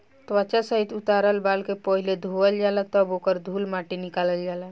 त्वचा सहित उतारल बाल के पहिले धोवल जाला तब ओकर धूल माटी निकालल जाला